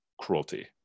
cruelty